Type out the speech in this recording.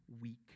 weak